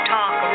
Talk